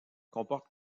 comporte